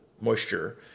moisture